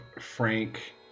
Frank